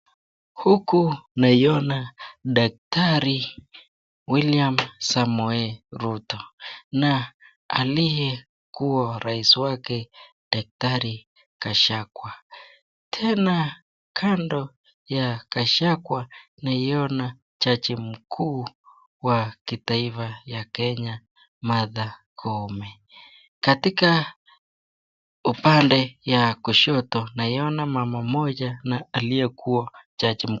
Huku na iona daktari William Samoei Ruto na aliyekuwa rais wake daktari Gachagua. Tena kando ya Gachagua naiona jaji mkuu wa kitaifa ya Kenya Martha Koome. Katika upande ya kushoto naiona mama moja na aliyekuwa jaji.